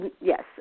yes